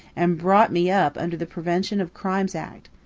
and brought me up under the prevention of crimes act.